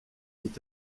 est